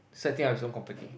setting up his own company